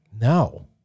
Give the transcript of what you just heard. No